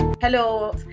Hello